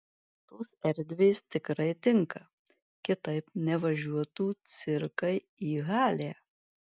tos erdvės tikrai tinka kitaip nevažiuotų cirkai į halę